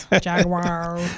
jaguar